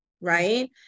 right